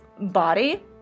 body